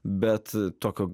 bet tokio